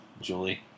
Julie